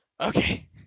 Okay